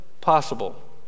possible